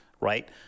right